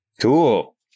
Cool